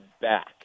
back